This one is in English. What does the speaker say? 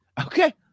Okay